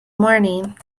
morning